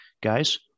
guys